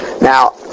Now